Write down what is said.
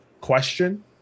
question